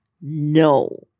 no